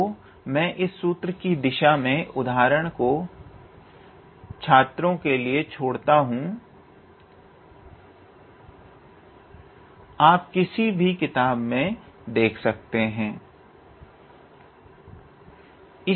तो मैं इस सूत्र की दिशा में उदाहरण को छात्रों के लिए छोड़ता हूँ आप किसी भी किताब में देख सकते हें